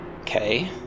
Okay